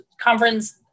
conference